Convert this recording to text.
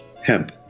hemp